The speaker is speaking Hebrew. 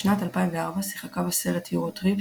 בשנת 2004 שיחקה בסרט "יורוטריפ",